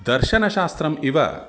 दर्शनशास्त्रम् इव